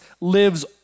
lives